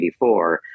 1984